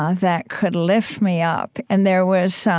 ah that could lift me up. and there was